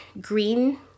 green